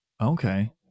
Okay